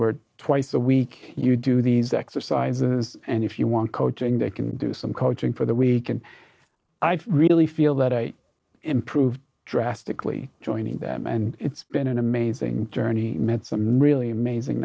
we're twice a week you do these exercises and if you want coaching they can do some coaching for the week and i really feel that i improved drastically joining them and it's been an amazing journey met some really amazing